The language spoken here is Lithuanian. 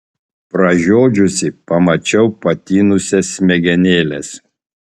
pražiodžiusi pamačiau patinusias smegenėles